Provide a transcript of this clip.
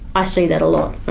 i see that a lot.